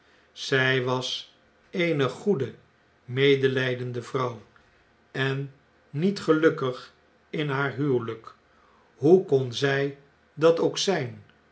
zij was eene goede medelijdende vrouw en niet gelukkig in haar huweljjk hoe kon zjj dat ook zjjn